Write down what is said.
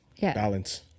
Balance